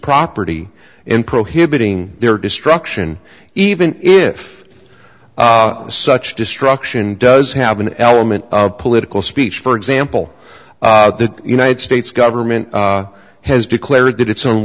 property and prohibiting their destruction even if such destruction does have an element of political speech for example the united states government has declared that it's